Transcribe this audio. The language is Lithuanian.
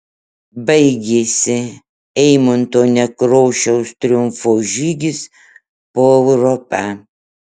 baigėsi eimunto nekrošiaus triumfo žygis po europą